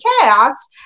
chaos